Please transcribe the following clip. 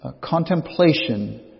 contemplation